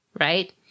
right